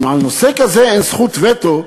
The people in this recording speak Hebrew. אם על נושא כזה אין זכות וטו,